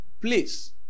please